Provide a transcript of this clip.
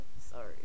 sorry